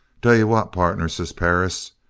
tell you what, partner says perris,